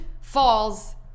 falls